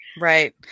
Right